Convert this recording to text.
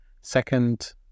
Second